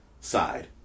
side